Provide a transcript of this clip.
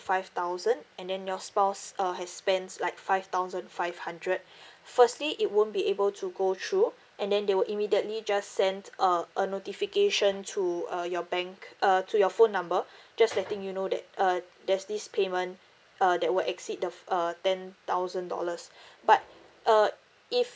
five thousand and then your spouse uh has spends like five thousand five hundred firstly it won't be able to go through and then they will immediately just sent a a notification to uh your bank uh to your phone number just letting you know that uh there's this payment uh that will exceed the uh ten thousand dollars but uh if